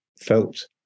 felt